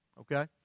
Okay